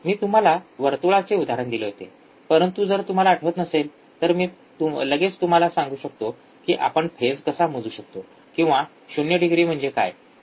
मी तुम्हाला वर्तुळाचे उदाहरण दिले होते परंतु जर तुम्हाला आठवत नसेल तर मी लगेच तुम्हाला सांगू शकतो की आपण फेज कसा मोजू शकतो किंवा ० डिग्री म्हणजे काय